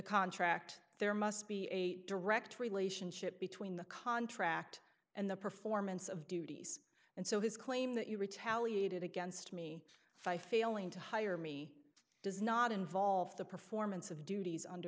contract there must be a direct relationship between the contract and the performance of duties and so his claim that you retaliated against me failing to hire me does not involve the performance of duties under